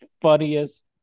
funniest